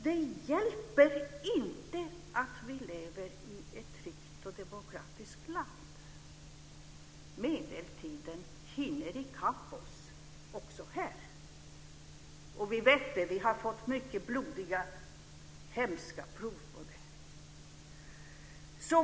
Det hjälper inte att vi lever i ett tryggt och demokratiskt land - medeltiden hinner i kapp oss också här. Vi har fått många blodiga, hemska prov på det.